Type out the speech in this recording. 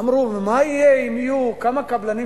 אמרו: ומה יהיה אם יהיו כמה קבלנים